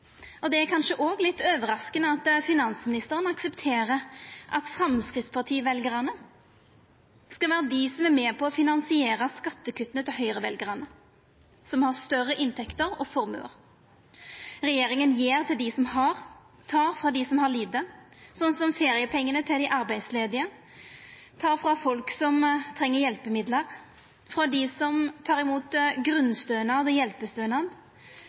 kr. Det er kanskje òg litt overraskande at finansministeren aksepterer at Framstegsparti-veljarane skal vera dei som er med på å finansiera skattekutta til Høgre-veljarane, som har større inntekter og formuer. Regjeringa gjev til dei som har, tek frå dei som har lite, sånn som feriepengane til dei arbeidsledige, tek frå folk som treng hjelpemidlar, tek frå dei som tek imot